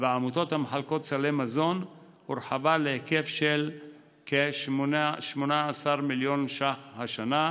ובעמותות המחלקות סלי מזון הורחבה להיקף של כ-18 מיליון שקלים השנה,